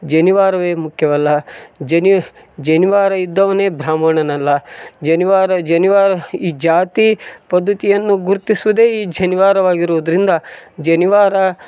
ಜನಿವಾರವೇ ಮುಖ್ಯವಲ್ಲ ಜನಿಯು ಜನಿವಾರ ಇದ್ದವನೇ ಬ್ರಾಹ್ಮಣನಲ್ಲ ಜನಿವಾರ ಜನಿವಾರ ಈ ಜಾತಿ ಪದ್ಧತಿಯನ್ನು ಗುರುತಿಸುವುದೇ ಈ ಜನಿವಾರವಾಗಿರುವುದರಿಂದ ಜನಿವಾರ